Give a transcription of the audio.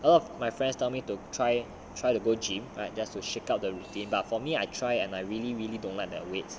one of my friend told me to try try to go gym right just to check out the routine but for me I try and I really really don't like their weights